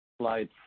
slide